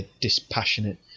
dispassionate